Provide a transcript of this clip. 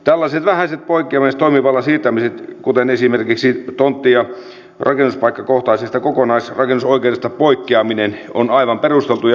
tällaiset vähäiset poikkeamiset ja toimivallan siirtämiset kuten esimerkiksi tontti ja rakennuspaikkakohtaisesta kokonaisrakennusoikeudesta poikkeaminen ovat aivan perusteltuja ja hyviä